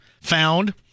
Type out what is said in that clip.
found